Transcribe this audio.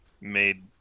made